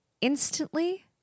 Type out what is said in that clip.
instantly